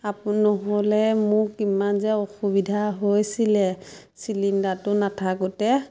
আপুনি নহ'লে মোক কিমান যে অসুবিধা হৈছিলে চিলিণ্ডাৰটো নাথাকোঁতে